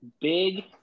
big